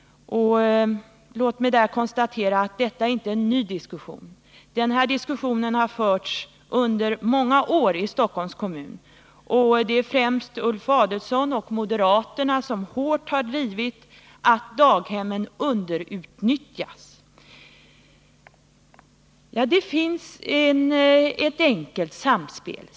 Låt mig <onstatera att detta inte är någon ny diskussion. Den här diskussionen har i många år förts i Stockholms kommun. Det är främst Ulf Adelsohn och moderaterna som hårt drivit linjen att daghemmen underutnyttjas. Det finns här ett enkelt samspel.